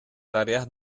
tareas